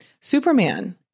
Superman